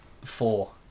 Four